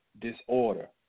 Disorder